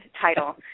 title